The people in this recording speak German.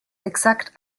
exakt